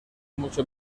mucho